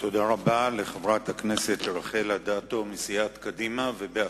תודה רבה לחברת הכנסת רחל אדטו מסיעת קדימה ובהצלחה.